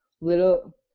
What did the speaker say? Little